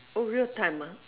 oh real time ah oh